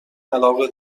علاقه